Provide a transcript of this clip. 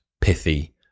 pithy